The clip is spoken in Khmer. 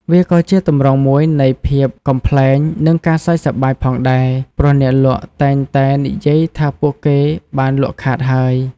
វាក៏ជាទម្រង់មួយនៃភាពកំប្លែង និងការសើចសប្បាយផងដែរ ព្រោះអ្នកលក់តែងតែនិយាយថាពួកគេបានលក់ខាតហើយ។